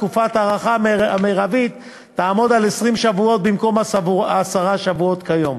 תקופת ההארכה המרבית תעמוד על 20 שבועות במקום עשרה שבועות כיום.